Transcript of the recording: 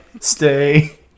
stay